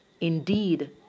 Indeed